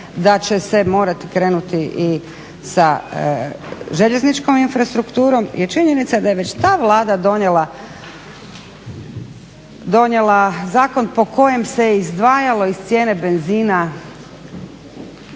da će se morati krenuti i sa željezničkom infrastrukturom jer činjenica da je već ta Vlada donijela zakon po kojem se izdvajalo iz cijene benzina